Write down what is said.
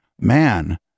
man